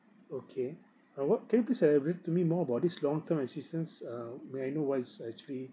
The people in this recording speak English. okay uh what can you please elaborate to me more about this long term assistance uh may I know what is it actually